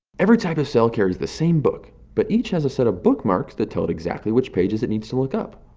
every type of cell carries the same book, but each has a set of bookmarks that tell it exactly which pages it needs to look up.